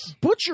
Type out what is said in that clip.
butcher